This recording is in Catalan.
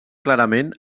clarament